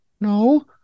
No